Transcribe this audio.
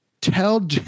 tell